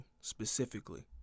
specifically